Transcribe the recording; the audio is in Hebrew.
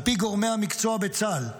על פי גורמי המקצוע בצה"ל,